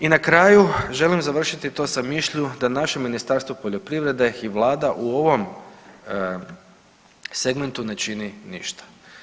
I na kraju želim završiti to sa mišlju da naše Ministarstvo poljoprivrede i vlada u ovom segmentu ne čini ništa.